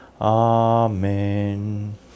Amen